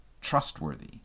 trustworthy